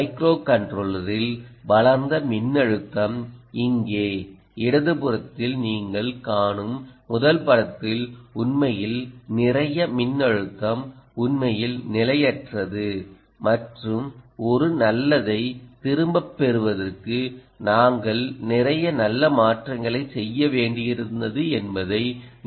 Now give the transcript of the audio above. மைக்ரோகண்ட்ரோலரில் வளர்ந்த மின்னழுத்தம் இங்கே இடதுபுறத்தில் நீங்கள் காணும் முதல் படத்தில் உண்மையில் நிறைய மின்னழுத்தம் உண்மையில் நிலையற்றது மற்றும் ஒரு நல்லதை திரும்பப் பெறுவதற்கு நாங்கள் நிறைய நல்ல மாற்றங்களைச் செய்ய வேண்டியிருந்தது என்பதை நீங்கள் காணலாம்